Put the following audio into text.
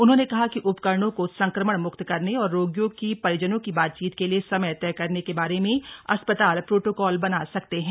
उन्होंने कहा कि उपकरणों को संक्रमण मुक्त करने और रोगियों की परिजनों की बातचीत के लिए समय तय करने के बारे में अस्पताल प्रोटोकॉल बना सकते हैं